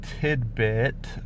tidbit